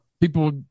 People